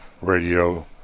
radio